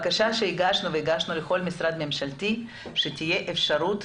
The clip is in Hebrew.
הגשנו בקשה לכל משרד ממשלתי שתהיה אפשרות